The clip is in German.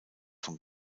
von